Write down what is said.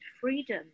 freedom